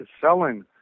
selling